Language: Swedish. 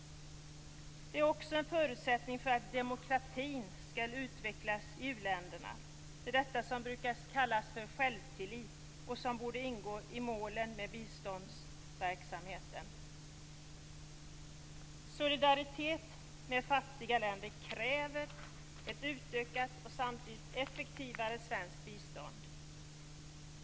Det är också en förutsättning för att demokratin skall utvecklas i u-länderna. Det är detta som brukar kallas för självtillit och som borde ingå i målen för biståndsverksamheten. Solidaritet med fattiga länder kräver ett utökat och samtidigt effektivare svenskt bistånd.